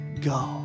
go